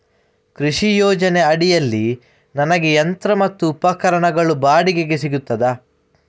ಕೃಷಿ ಯೋಜನೆ ಅಡಿಯಲ್ಲಿ ನನಗೆ ಯಂತ್ರ ಮತ್ತು ಉಪಕರಣಗಳು ಬಾಡಿಗೆಗೆ ಸಿಗುತ್ತದಾ?